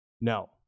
No